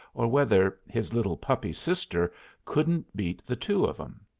or whether his little puppy sister couldn't beat the two of em.